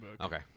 Okay